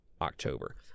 October